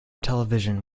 television